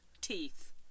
teeth